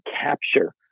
capture